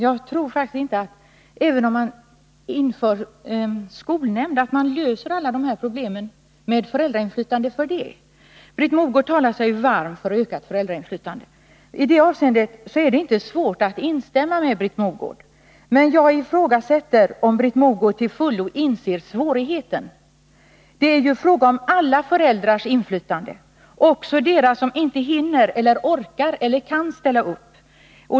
Herr talman! Jag tror faktiskt inte att man löser alla dessa problem med föräldrainflytande även om man inför skolnämnder. Britt Mogård talar sig varm för ökat föräldrainflytande. I det avseendet är det inte svårt att instämma med Britt Mogård. Men jag ifrågasätter om Britt Mogård till fullo inser svårigheten. Det är ju fråga om alla föräldrars inflytande, också deras som inte hinner, orkar eller kan ställa upp.